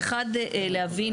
אחד, להבין